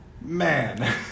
Man